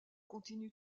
continue